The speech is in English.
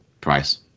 price